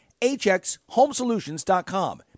hxhomesolutions.com